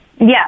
Yes